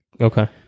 Okay